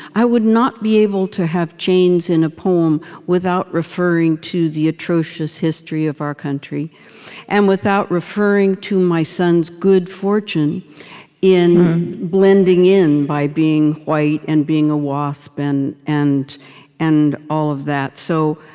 i would not be able to have chains in a poem without referring to the atrocious history of our country and without referring to my son's good fortune in blending in by being white and being a wasp and and and all of that so